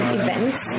events